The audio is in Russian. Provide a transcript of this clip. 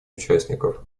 участников